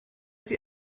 sie